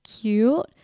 cute